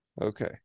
Okay